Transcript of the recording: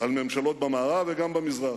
על ממשלות במערב וגם במזרח.